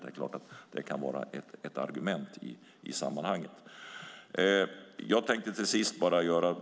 Det är klart att det kan vara ett argument i sammanhanget.